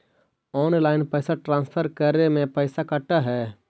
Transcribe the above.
Online पैसा transfer करे में पैसा कटा है?